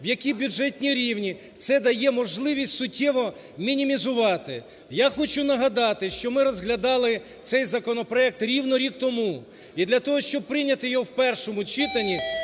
в які бюджетні рівні, це дає можливість суттєво мінімізувати. Я хочу нагадати, що ми розглядали цей законопроект рівно рік тому. І для того, щоб прийняти його в першому читанні